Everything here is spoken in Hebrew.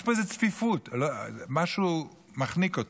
יש פה איזה צפיפות, משהו מחניק.